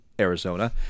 Arizona